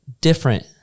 different